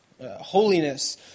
holiness